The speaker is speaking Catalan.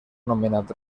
nomenat